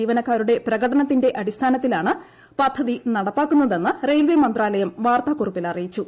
ജീവനക്കാരുടെ പ്രകടനത്തിന്റെ അടിസ്ഥാനത്തിലാണ് പദ്ധതി നടപ്പാക്കുന്നതെന്ന് റെയിൽവെ മന്ത്രാലയം വാർത്താക്കുറിപ്പിൽ അറിയിച്ചു